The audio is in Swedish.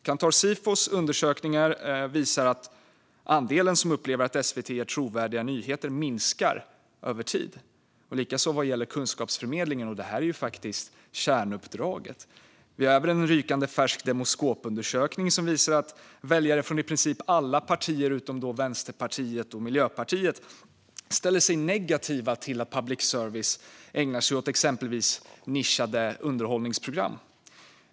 Kantar Sifos undersökningar visar att andelen som upplever att SVT ger trovärdiga nyheter minskar över tid. Det gäller också kunskapsförmedlingen. Detta är ju kärnuppdraget. Vi har även en rykande färsk Demoskopundersökning som visar att väljare från i princip alla partier utom Vänsterpartiet och Miljöpartiet ställer sig negativa till att public service ägnar sig åt exempelvis nischade underhållningsprogram.